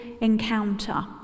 encounter